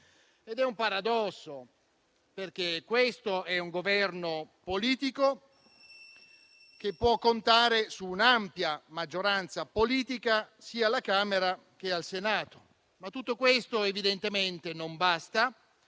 È un paradosso, perché questo è un Governo politico che può contare su un'ampia maggioranza politica, sia alla Camera che al Senato. Ma tutto questo evidentemente non basta